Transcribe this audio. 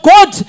God